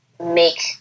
make